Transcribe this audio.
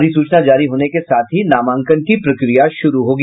अधिसूचना जारी होने के साथ ही नामांकन की प्रक्रिया शुरू होगी